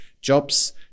jobs